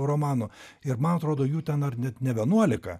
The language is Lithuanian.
romanų ir man atrodo jų ten ar net ne vienuolika